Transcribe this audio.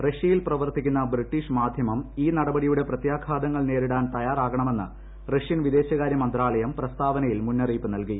റഷ്യയിൽ പ്രവർത്തിക്കുന്ന ബ്രിട്ടീഷ് മാധ്യമം ഈ നടപടിയുടെ പ്രത്യാഘാതങ്ങൾ നേരിടാൻ തയ്യാറാകണമെന്ന് റഷ്യൻ വിദേശകാരൃ മന്ത്രാലയം പ്രസ്താവനയിൽ മുന്നറിയിപ്പ് നൽകി